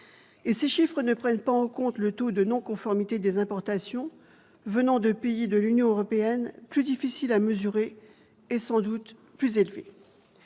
Et ces chiffres ne prennent pas en compte le taux de non-conformité des importations venant de pays de l'Union européenne, plus difficile à mesurer, et sans doute encore plus élevé.